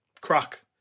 crack